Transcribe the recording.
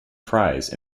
prize